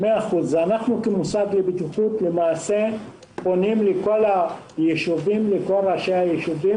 אנחנו כמוסד לבטיחות פונים לכל ראשי היישובים,